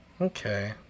Okay